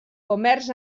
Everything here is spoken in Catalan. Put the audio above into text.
comerç